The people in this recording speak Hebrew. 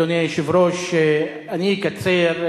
אדוני היושב-ראש, אני אקצר,